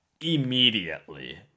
immediately